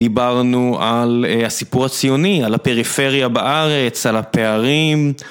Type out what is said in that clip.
דיברנו על הסיפור הציוני על הפריפריה בארץ על הפערים